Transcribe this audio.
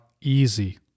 easy